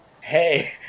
Hey